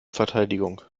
verteidigung